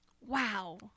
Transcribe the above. wow